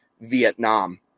Vietnam